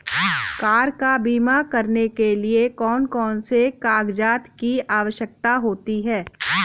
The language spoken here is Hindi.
कार का बीमा करने के लिए कौन कौन से कागजात की आवश्यकता होती है?